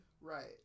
Right